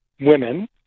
women